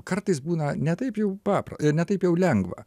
kartais būna ne taip jau papra ne taip jau lengva